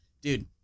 Dude